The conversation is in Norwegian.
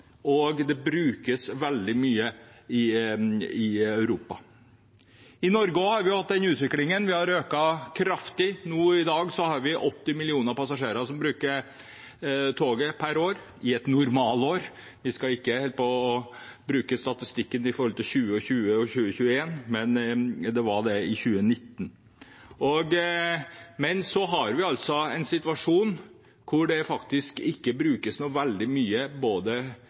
og det brukes veldig mye i Europa. I Norge har vi også hatt en slik utvikling. Det har økt kraftig. I dag er det 80 millioner passasjerer som bruker toget per år – i et normalår. Vi skal ikke bruke statistikken fra 2020 og 2021, men det var slik i 2019. Men vi har en situasjon hvor verken den linjen vi har til Stockholm, den vi har til Göteborg, og heller ikke den vi har til Östersund, på Meråkerbanen, brukes veldig mye.